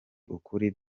ukuri